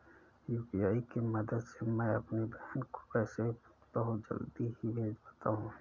UPI के मदद से मैं अपनी बहन को पैसे बहुत जल्दी ही भेज पाता हूं